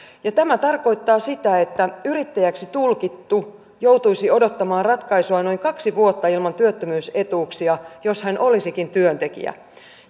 tämä tarkoittaa sitä että yrittäjäksi tulkittu joutuisi odottamaan ratkaisua noin kaksi vuotta ilman työttömyysetuuksia jos hän olisikin työntekijä